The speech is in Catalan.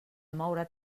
moure